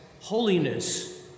holiness